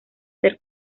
ser